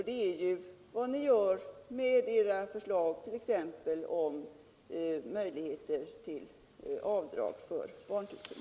Det är ju vad ni gör med t.ex. era förslag om möjligheter till avdrag för barntillsyn.